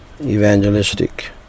Evangelistic